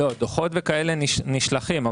דו"חות, וכדומה, נשלחים.